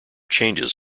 changes